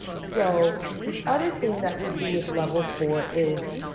so the other thing that we do with level four is,